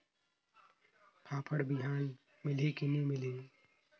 फाफण बिहान मिलही की नी मिलही?